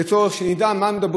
כדי שנדע על מה מדברים,